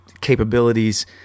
capabilities